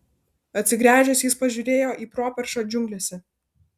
atsigręžęs jis pažiūrėjo į properšą džiunglėse